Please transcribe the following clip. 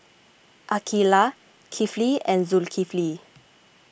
Aqeelah Kifli and Zulkifli